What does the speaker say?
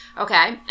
Okay